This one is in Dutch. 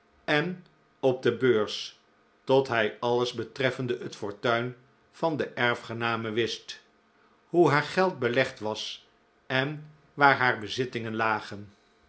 en op de beurs tot hij alles betreffende het fortuin van de erfgename wist hoe haar geld belcgd was en waar haar bezittingen lagen